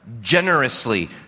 generously